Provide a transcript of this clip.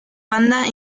banda